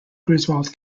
griswold